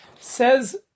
Says